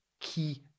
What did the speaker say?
key